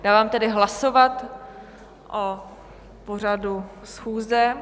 Dávám tedy hlasovat o pořadu schůze.